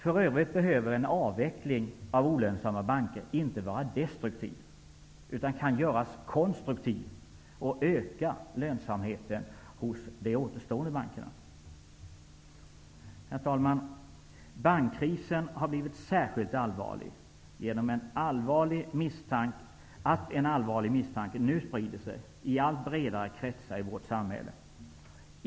För övrigt behöver en avveckling av olönsamma banker inte vara destruktiv, utan den kan göras konstruktiv och öka lönsamheten hos de återstående bankerna. Herr talman! Bankkrisen har blivit särskilt allvarlig genom att en allvarlig misstanke nu sprider sig i allt bredare kretsar i vårt samhälle.